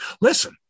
Listen